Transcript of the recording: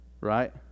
Right